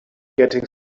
getting